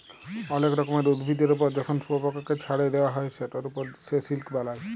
অলেক রকমের উভিদের ওপর যখন শুয়পকাকে চ্ছাড়ে দেওয়া হ্যয় সেটার ওপর সে সিল্ক বালায়